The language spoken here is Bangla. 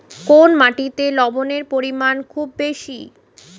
কোন মাটিতে লবণের পরিমাণ খুব বেশি?